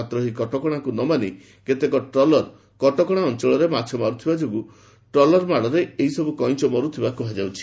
ମାତ୍ର ଏହି କଟକଶାକୁ ନମାନି କେତେକ ଟ୍ରଲର କଟକଶା ଅଞଳରେ ମାରୁ ଥିବା ଯୋଗୁ ଟ୍ରଲର ମାଡରେ ଏହିସବୁ କଇଁଛ ମରୁଥିବା କୁହାଯାଉଛି